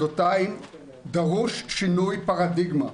דרוש שינוי פרדיגמה.